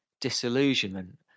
Disillusionment